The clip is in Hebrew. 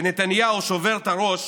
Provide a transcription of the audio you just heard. ונתניהו שובר את הראש